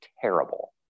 terrible